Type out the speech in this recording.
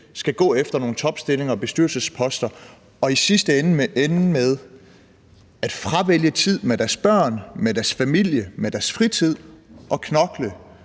skal gå efter nogle topstillinger og bestyrelsesposter, og at de i sidste ende skal ende med at fravælge tid med deres børn, med deres familie, med deres fritid og knokle